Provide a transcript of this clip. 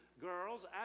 girls